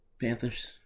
Panthers